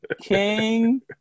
King